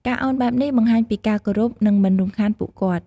ការឱនបែបនេះបង្ហាញពីការគោរព និងមិនរំខានពួកគាត់។